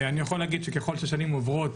אני יכול להגיד, שככל שהשנים עוברות